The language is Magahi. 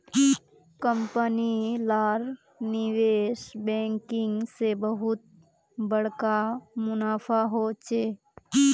कंपनी लार निवेश बैंकिंग से बहुत बड़का मुनाफा होचे